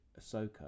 Ahsoka